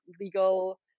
legal